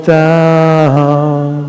down